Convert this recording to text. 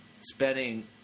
spending